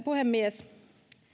puhemies